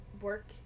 work